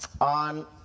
on